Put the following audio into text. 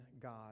God